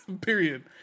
Period